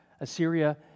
Assyria